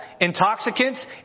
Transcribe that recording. intoxicants